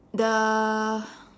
the